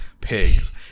pigs